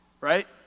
right